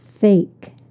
fake